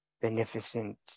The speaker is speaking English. beneficent